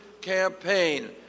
campaign